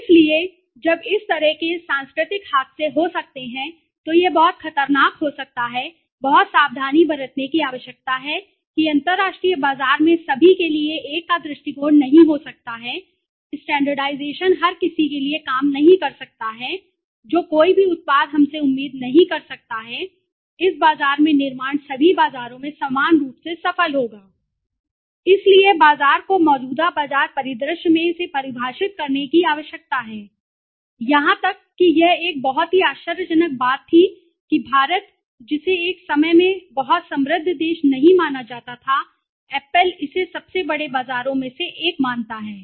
इसलिए जब इस तरह के सांस्कृतिक हादसे हो सकते हैं तो यह बहुत खतरनाक हो सकता है बहुत सावधानी बरतने की जरूरत है कि अंतरराष्ट्रीय बाजार में सभी के लिए एक का दृष्टिकोण नहीं हो सकता है स्टैंडर्डाइजेशन हर किसी के लिए काम नहीं कर सकता है जो कोई भी उत्पाद हमसे उम्मीद नहीं कर सकता है इस बाजार में निर्माण सभी बाजारों में समान रूप से सफल होगा इसलिए बाजार को मौजूदा बाजार परिदृश्य में इसे परिभाषित करने की आवश्यकता है यहां तक कि यह एक बहुत ही आश्चर्यजनक बात थी कि भारत जिसे एक समय में बहुत समृद्ध देश नहीं माना जाता था Apple इसे सबसे बड़े बाजारों में से एक मानता है